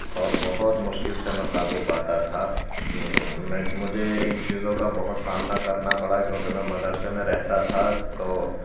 اور بہت مشکل سے میں قابو پاتا تھا میں مجھے ان چیزوں کا بہت سامنا کرنا پڑا کیونکہ میں مدرسے میں رہتا تھا تو